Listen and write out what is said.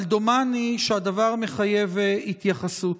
אבל דומני שהדבר מחייב התייחסות.